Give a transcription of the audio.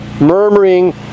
murmuring